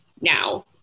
now